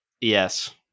yes